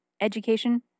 education